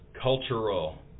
cultural